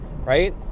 right